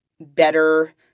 better